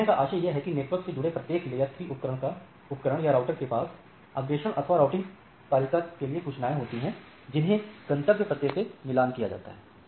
यहां कहने का आशय यह है कि नेटवर्क से जुड़े प्रत्येक layer3 उपकरण या राउटर के पास अग्रेषण अथवा राउटिंग तालिका के लिए सूचनाएं होती हैं जिन्हें गंतव्य पते से मिलान कराया जाता है